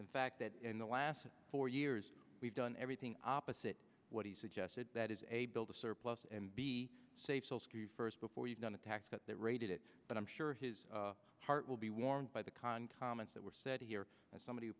in fact that in the last four years we've done everything opposite what he suggested that is a build a surplus and be safe first before you've done a tax cut that rated it but i'm sure his heart will be warmed by the concomitants that were said here by somebody who